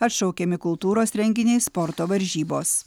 atšaukiami kultūros renginiai sporto varžybos